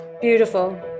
Beautiful